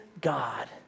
God